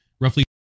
Roughly